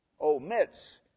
omits